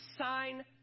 sign